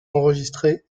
enregistré